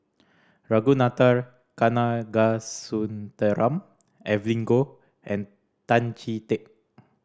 Ragunathar Kanagasuntheram Evelyn Goh and Tan Chee Teck